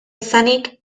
izanik